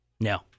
No